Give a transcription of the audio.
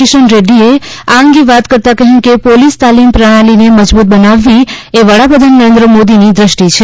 કિશન રેડ્ડીએ આ અંગે વાત કરતાં કહ્યું કે પોલીસ તાલીમ પ્રણાલીને મજબૂત બનાવવીએ વડાપ્રધાન નરેન્દ્ર મોદીની દ્રષ્ટિ છે